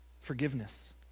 Forgiveness